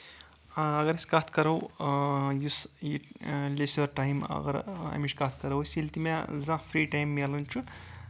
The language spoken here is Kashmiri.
اَگر أسۍ کَتھ کَرو یُس لیٚزر ٹایم اَگر اَمِچ کَتھ کَرو أسۍ ییٚلہِ تہِ مےٚ زانٛہہ فرٛی ٹایِم مِلان چُھ